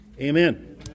Amen